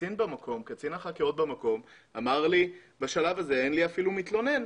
קצין החקירות במקום אמר לי: בשלב הזה אין לי אפילו מתלונן.